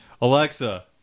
alexa